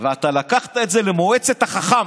ואתה לקחת את זה למועצת החכם: